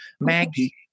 Maggie